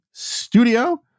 Studio